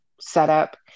setup